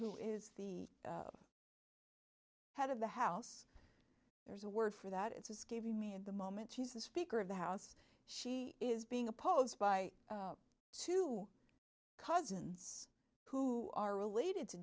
who is the head of the house there's a word for that it's escaping me at the moment she's the speaker of the house she is being opposed by two cousins who are related to